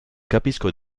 capisco